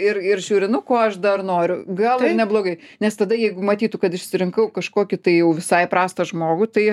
ir ir žiūri nu ko aš dar noriu gal neblogai nes tada jeigu matytų kad išsirinkau kažkokį tai jau visai prastą žmogų tai